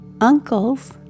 uncles